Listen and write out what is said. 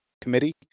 committee